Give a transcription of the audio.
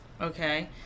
okay